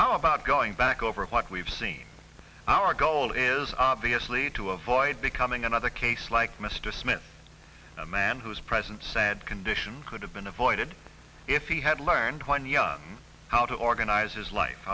how about going back over what we've seen our goal is obviously to avoid becoming another case like mr smith a man whose present sad condition could have been avoided if he had learned when young how to organize his life